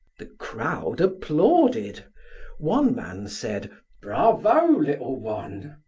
the crowd applauded one man said bravo, little one!